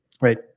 Right